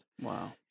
wow